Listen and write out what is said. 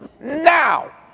Now